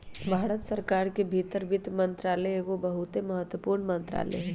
भारत सरकार के भीतर वित्त मंत्रालय एगो बहुते महत्वपूर्ण मंत्रालय हइ